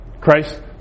Christ